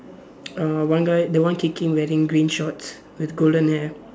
uh one guy the one kicking wearing green shorts with golden hair